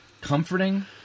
comforting